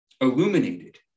illuminated